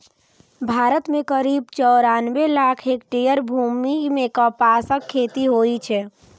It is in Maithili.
भारत मे करीब चौरानबे लाख हेक्टेयर भूमि मे कपासक खेती होइ छै